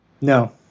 No